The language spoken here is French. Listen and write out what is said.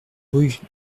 rue